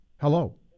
hello